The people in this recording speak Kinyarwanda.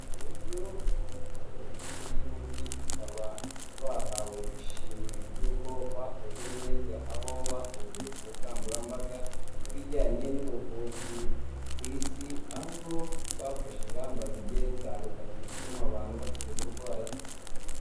Uyu ni umusore ndetse n'inkumi bakaba bahawe ishimwe ry'uko bakoze neza, aho bakoze ubukangurambaga ku bijyanye n'ubuvuzi ku Isi, aho bafashe ingamba zigiye zitandukanye zituma abantu bakira uburwayi.